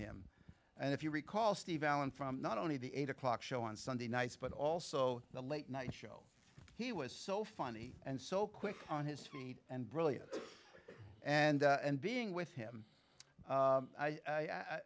him and if you recall steve allen from not only the eight o'clock show on sunday nights but also the late night show he was so funny and so quick on his feet and brilliant and and being with him